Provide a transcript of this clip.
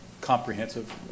comprehensive